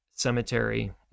cemetery